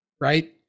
right